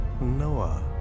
Noah